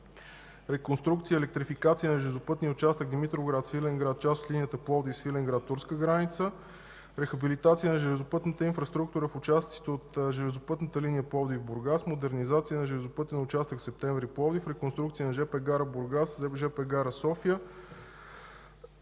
реконструкция и електрификация на железопътния участък Димитровград – Свиленград, част от линията Пловдив –Свиленград – турска граница; рехабилитация на железопътната инфраструктура в участъците от железопътната линия Пловдив –Бургас; модернизация на железопътния участък Септември – Пловдив; реконструкция на жп гара Бургас, жп гара София.